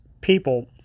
people